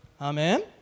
Amen